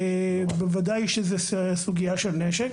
בוודאי שזאת סוגייה של נשק.